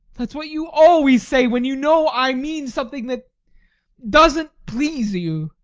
that's what you always say when you know i mean something that doesn't please you.